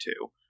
two